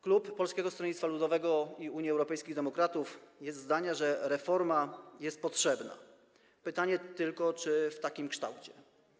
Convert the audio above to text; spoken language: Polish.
Klub Polskiego Stronnictwa Ludowego - Unii Europejskich Demokratów jest zdania, że reforma jest potrzebna, pytanie tylko, czy w takim kształcie.